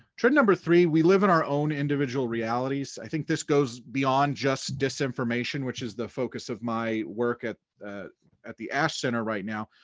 trend number three, we live in our own individual realities. i think this goes beyond just disinformation which is the focus of my work at the at the ash center right now.